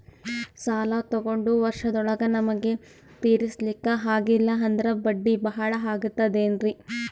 ಸಾಲ ತೊಗೊಂಡು ವರ್ಷದೋಳಗ ನಮಗೆ ತೀರಿಸ್ಲಿಕಾ ಆಗಿಲ್ಲಾ ಅಂದ್ರ ಬಡ್ಡಿ ಬಹಳಾ ಆಗತಿರೆನ್ರಿ?